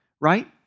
right